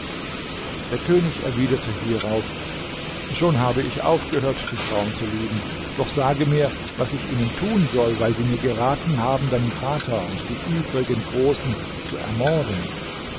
der könig erwiderte hierauf schon habe ich aufgehört die frauen zu lieben doch sage mir was ich ihnen tun soll weil sie mir geraten haben deinen vater und die übrigen großen zu ermorden